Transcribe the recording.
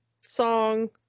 song